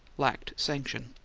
lacked sanction.